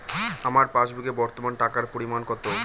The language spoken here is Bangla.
আমার পাসবুকে বর্তমান টাকার পরিমাণ কত?